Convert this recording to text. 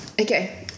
Okay